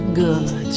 good